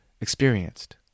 experienced